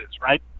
right